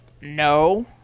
no